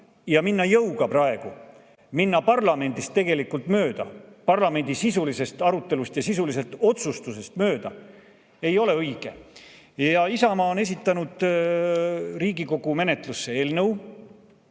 minna jõuga praegu parlamendist mööda, parlamendi sisulisest arutelust ja sisulisest otsustusest mööda, ei ole õige. Isamaa on esitanud Riigikogu menetlusse eelnõu,